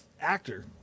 actor